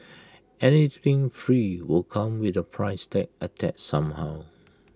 anything free will come with A price tag attached somehow